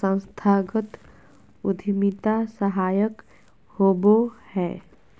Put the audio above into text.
संस्थागत उद्यमिता सहायक होबो हय